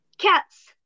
Cats